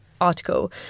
article